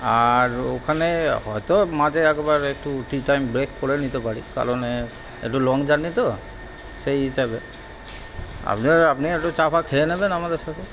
আর ওখানে হয়তো মাঝে একবার একটু টি টাইম ব্রেক করে নিতে পারি কারণ একটু লং জার্নি তো সেই হিসাবে আপনিও আপনিও একটু চা ফা খেয়ে নেবেন আমাদের সাথে